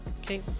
Okay